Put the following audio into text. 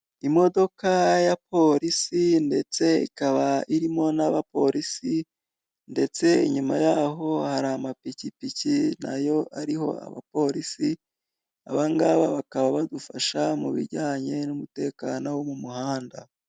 Imodoka ya polisi ndetse ikaba irimo n'abapolisi ndetse inyuma y'aho hari amapikipiki nayo ariho abapolisi, aba ngaba bakaba badufasha mu bijyanye n'umutekano wo mu muhanda.